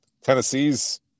Tennessee's